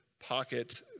pocket